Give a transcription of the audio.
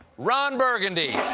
ron burgundy!